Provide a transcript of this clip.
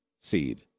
seed